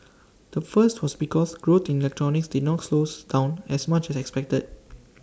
the first was because growth in electronics did not slow down as much as expected